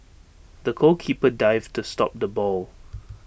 the goalkeeper dived to stop the ball